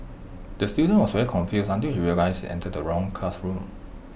the student was very confused until he realised he entered the wrong classroom